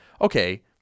okay